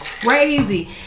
crazy